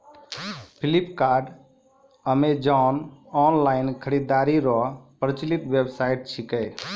Flipkart Amazon online खरीदारी रो प्रचलित वेबसाइट छिकै